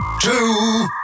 two